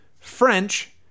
French